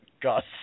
Gus